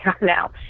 now